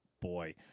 boy